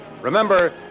Remember